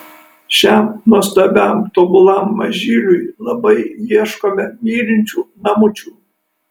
šiam nuostabiam tobulam mažyliui labai ieškome mylinčių namučių